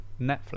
Netflix